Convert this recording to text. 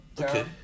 okay